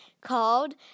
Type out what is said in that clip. called